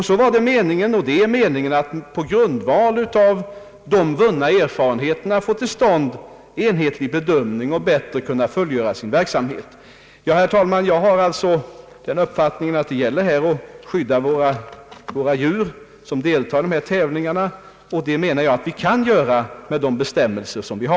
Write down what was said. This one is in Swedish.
Det var meningen och är meningen att veterinärerna på grundval av de vunna erfarenheterna skulle kunna få till stånd en enhetlig bedömning och större möjligheter att fullgöra sina arbetsuppgifter. Herr talman! Jag har alltså den uppfattningen att det här gäller att skydda de djur som deltar i de tävlingar det här här fråga om, och jag anser att vi bör kunna göra detta med hjälp av de bestämmelser som finns.